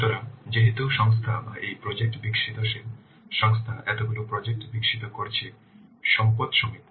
সুতরাং যেহেতু সংস্থা বা এই প্রজেক্ট বিকশিতশীল সংস্থা এতগুলি প্রজেক্ট বিকশিত করছে সম্পদ সীমিত